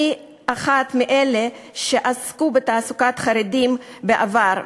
אני אחת מאלה שעסקו בתעסוקת חרדים בעבר,